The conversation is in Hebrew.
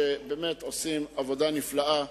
שבאמת עושים עבודה נפלאה,